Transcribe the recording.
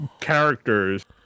characters